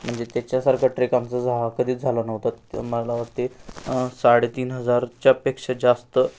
म्हणजे त्याच्यासारखा ट्रेक आमचं जा कधीच झाला नव्हता तर मला वाटते साडेतीन हजारच्यापेक्षा जास्त